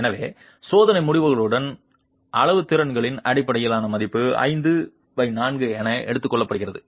எனவே சோதனை முடிவுகளுடன் அளவுத்திருத்தங்களின் அடிப்படையில் இந்த மதிப்பு 54 என எடுத்துக் கொள்ளப்படுகிறது